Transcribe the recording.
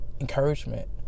encouragement